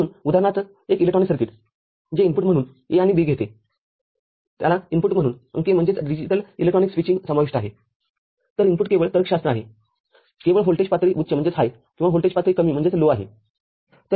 म्हणून उदाहरणार्थएक इलेक्ट्रॉनिक सर्किटजे इनपुट म्हणून A आणि B घेतेत्याला इनपुटम्हणून अंकीय इलेक्ट्रॉनिक्स स्विचिंग समाविष्ट आहे तरइनपुट केवळ तर्कशास्त्र आहेकेवळ व्होल्टेज पातळी उच्च किंवा व्होल्टेज पातळी कमी आहे